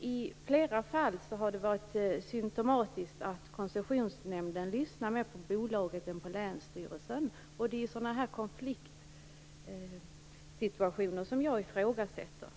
I flera fall har det varit symtomatiskt att Koncessionsnämnden lyssnar mer på bolaget än på länsstyrelsen, och det är sådana här konfliktsituationer som jag ifrågasätter.